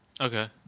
Okay